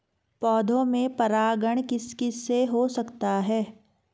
पौधों में परागण किस किससे हो सकता है?